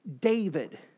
David